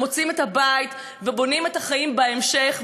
מוצאים את הבית ובונים את החיים בהמשך,